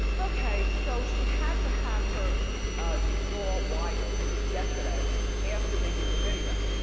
okay, so she had to have her jaw wired yesterday after making the video.